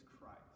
Christ